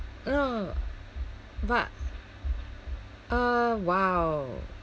no but uh !wow!